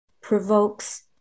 provokes